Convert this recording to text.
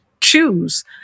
choose